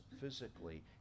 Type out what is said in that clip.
physically